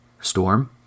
Storm